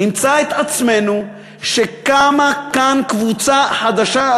נמצא שקמה כאן קבוצה חדשה,